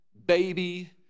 Baby